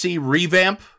revamp